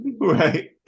Right